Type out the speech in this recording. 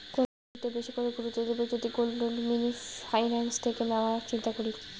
কোন দিকটা বেশি করে গুরুত্ব দেব যদি গোল্ড লোন মিনি ফাইন্যান্স থেকে নেওয়ার চিন্তা করি?